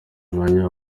umwanya